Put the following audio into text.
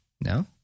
no